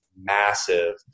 massive